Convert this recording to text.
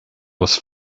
was